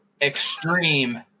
extreme